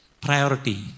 priority